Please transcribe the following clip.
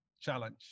challenge